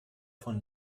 von